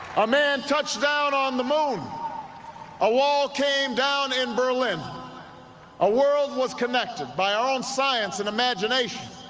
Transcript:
a man touch down on the moon a wall came down in berlin a world was connected by our own science and imagination